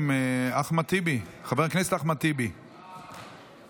אחמד טיבי, חבר הכנסת אחמד טיבי, מוותר?